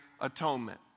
atonement